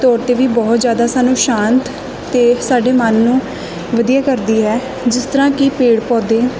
ਤੌਰ 'ਤੇ ਵੀ ਬਹੁਤ ਜ਼ਿਆਦਾ ਸਾਨੂੰ ਸ਼ਾਂਤ ਅਤੇ ਸਾਡੇ ਮਨ ਨੂੰ ਵਧੀਆ ਕਰਦੀ ਹੈ ਜਿਸ ਤਰ੍ਹਾਂ ਕਿ ਪੇੜ ਪੌਦੇ